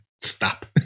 Stop